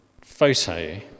photo